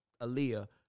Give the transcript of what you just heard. Aaliyah